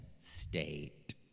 state